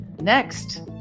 Next